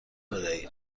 بدهید